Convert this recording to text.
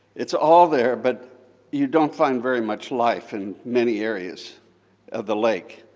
it's all there, but you don't find very much life in many areas of the lake,